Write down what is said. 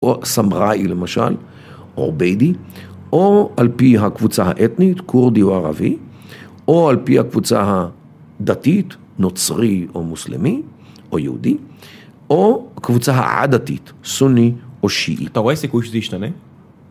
או סמראי, למשל, או ביידי, או על פי הקבוצה האתנית, כורדי או ערבי, או על פי הקבוצה הדתית, נוצרי או מוסלמי, או יהודי, או קבוצה האדתית, סוני או שיעי. אתה רואה סיכוי שזה ישנה?